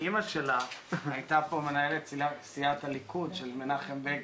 אמא שלה הייתה פה מנהלת סיעת הליכוד של מנחם בגין,